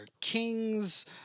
kings